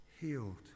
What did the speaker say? healed